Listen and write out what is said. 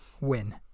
win